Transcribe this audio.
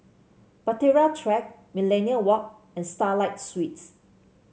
Bahtera Track Millenia Walk and Starlight Suites